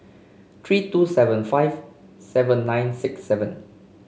three two seven five seven nine six seven